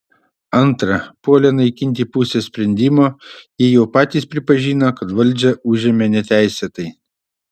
antra puolę naikinti pusę sprendimo jie jau patys pripažino kad valdžią užėmė neteisėtai